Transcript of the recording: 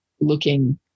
looking